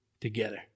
together